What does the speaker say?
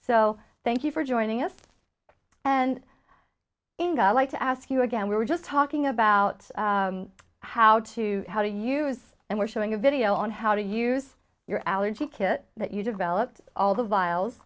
so thank you for joining us and ingle like to ask you again we were just talking about how to how to use and we're showing a video on how to use your allergy kit that you developed all the viles